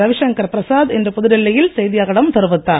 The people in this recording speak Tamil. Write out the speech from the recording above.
ரவிசங்கர் பிரசாத் இன்று புதுடில்லி யில் செய்தியாளர்களிடம் தெரிவித்தார்